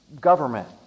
government